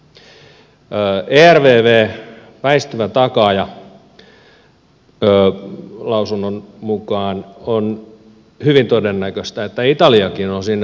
ervvtä ja väistyvää takaajaa koskevan lausunnon mukaan on hyvin todennäköistä että italiakin on sitten siinä samassa syssyssä